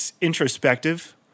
introspective